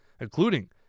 including